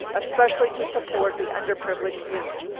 especially to support the underprivileged youth.